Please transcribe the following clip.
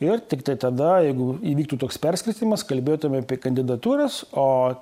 ir tiktai tada jeigu įvyktų toks perskirstymas kalbėtume apie kandidatūras oo